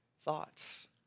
thoughts